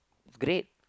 it's great